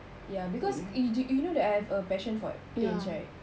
ya because you did you know that I have a passion for planes right